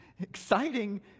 exciting